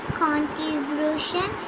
contribution